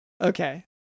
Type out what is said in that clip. Okay